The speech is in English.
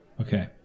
Okay